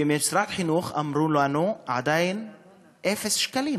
ומשרד החינוך אמרו לנו: עדיין אפס שקלים.